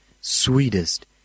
sweetest